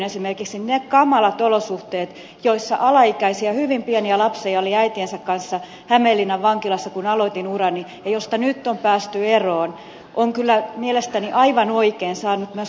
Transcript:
esimerkiksi niiden kamalien olosuhteiden parantaminen joissa alaikäisiä hyvin pieniä lapsia oli äitiensä kanssa hämeenlinnan vankilassa kun aloitin urani ja joista nyt on päästy eroon on kyllä mielestäni aivan oikein saanut myös lastensuojelujärjestöiltä kiitosta